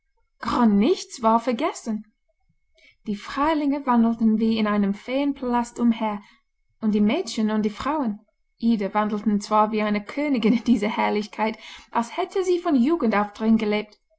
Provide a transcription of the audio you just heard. kann gar nichts war vergessen die freilinger wandelten wie in einem feenpalast umher und die mädchen und die frauen ida wandelte zwar wie eine königin in dieser herrlichkeit als hätte sie von jugend auf darin gelebt